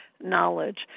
knowledge